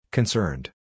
Concerned